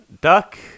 duck